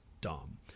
dumb